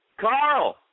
Carl